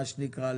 מה שנקרא,